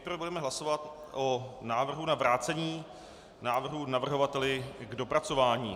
Nejprve budeme hlasovat o návrhu na vrácení návrhu navrhovateli k dopracování.